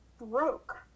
broke